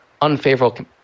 unfavorable